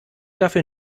dafür